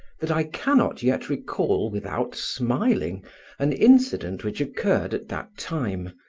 that i cannot yet recall without smiling an incident which occurred at that time,